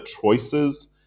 choices